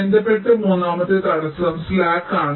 ബന്ധപ്പെട്ട മൂന്നാമത്തെ തടസ്സം സ്ലാക്ക് ആണ്